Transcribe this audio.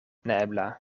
neebla